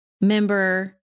member